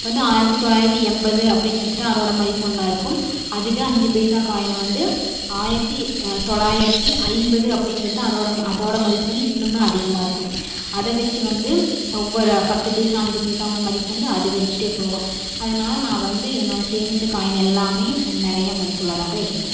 இப்போ வந்து ஆயிரத்தி தொள்ளாயிரத்தி எண்பது அப்படின்னு எடுத்துகிட்டா அதோடய மதிப்பு ஒன்றா இருக்கும் அதுவே அஞ்சு பைசா காயினை வந்து ஆயிரத்தி தொள்ளாயிரத்தி ஐம்பது அப்படின்னு எடுத்துகிட்டா அதோடய அதோடய மதிப்பு வந்து இன்னுமே அதிகமாக இருக்கும் அதை வச்சு வந்து ஒவ்வொரு பத்து பைசா அஞ்சு பைசாவோடய மதிப்பு வந்து அதிகரிச்சுட்டே போகும் அதனால நான் வந்து என்னோடய சேமித்த காயின் எல்லாமே நிறைய மதிப்புள்ளதாக தான் இருக்கும்